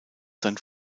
sein